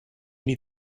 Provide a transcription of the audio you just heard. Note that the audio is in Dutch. niet